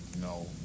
No